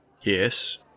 Yes